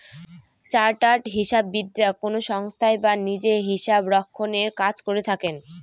chartered হিসাববিদরা কোনো সংস্থায় বা নিজে হিসাবরক্ষনের কাজ করে থাকেন